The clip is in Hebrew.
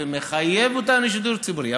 ומחייב אותנו שידור ציבורי.